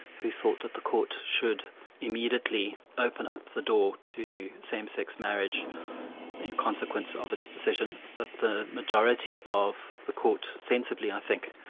who thought that the court should immediately open up the door to same-sex marriage in consequence of its decision, but the majority of the court, sensibly i think,